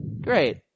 Great